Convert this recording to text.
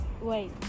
Wait